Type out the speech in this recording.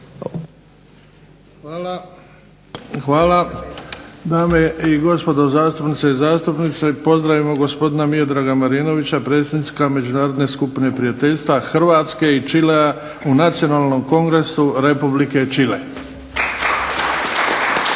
(HDZ)** Hvala. Dame i gospodo zastupnice i zastupnici, pozdravimo gospodina Miodraga Marinovića, predsjednika Međunarodne skupine prijateljstva Hrvatske i Čilea u Nacionalnom kongresu Republike Čile. Hvala.